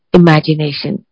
imagination